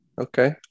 Okay